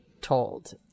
told